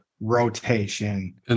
rotation